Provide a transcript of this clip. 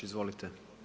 Izvolite.